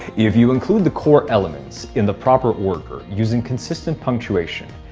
if you include the core elements, in the proper order, using consistent punctuation,